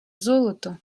золото